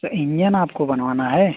तो इंजन आपको बनवाना है